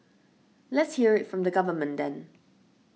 Let's hear it from the government then